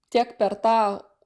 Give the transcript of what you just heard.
tiek per tą